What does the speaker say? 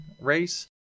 race